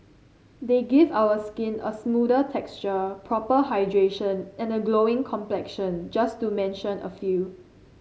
they give our skin a smoother texture proper hydration and a glowing complexion just to mention a few